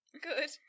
good